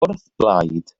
wrthblaid